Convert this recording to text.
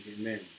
Amen